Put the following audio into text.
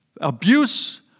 abuse